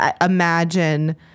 imagine